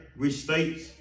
restates